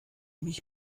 mich